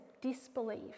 disbelief